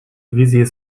wizje